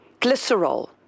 glycerol